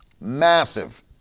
Massive